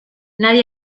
nadie